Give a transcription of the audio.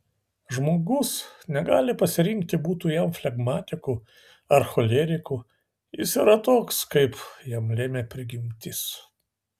žmogus negali pasirinkti būti jam flegmatiku ar choleriku jis yra toks kaip jam lėmė prigimtis